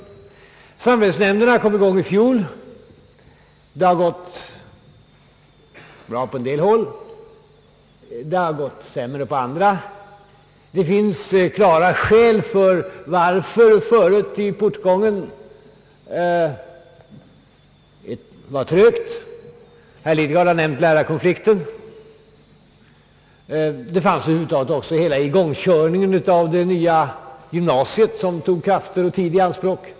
Samarbetsnämnderna kom i gång i fjol, och det har gått bra på en del håll men sämre på andra håll. Det finns klara skäl till att föret i portgången var trögt. Herr Lidgard har nämnt lärarkonflikten. Igångkörningen av det nya gymnasiet tog också krafter och tid i anspråk.